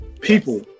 people